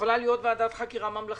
יכולה להיות ועדת חקירה ממלכתית.